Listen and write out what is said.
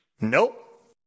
Nope